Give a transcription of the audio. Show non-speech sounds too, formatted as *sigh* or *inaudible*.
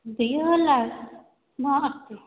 बृह *unintelligible* नास्ति